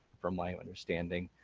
from my and understanding.